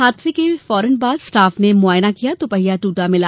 हादसे के फौरन बाद स्टाफ ने मुआयना किया तो पहिया टूटा मिला